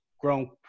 grown